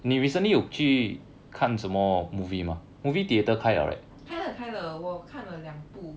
开了开了我看了两部